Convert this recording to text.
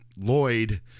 Lloyd